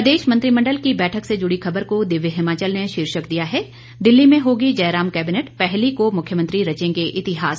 प्रदेश मंत्रिमंडल की बैठक से जुड़ी खबर को दिव्य हिमाचल ने शीर्षक दिया है दिल्ली में होगी जयराम केबिनेट पहली को मुख्यमंत्री रचेंगे इतिहास